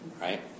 right